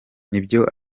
n’ibyo